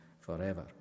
forever